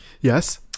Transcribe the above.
Yes